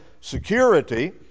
security